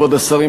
כבוד השרים,